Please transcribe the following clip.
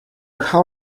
how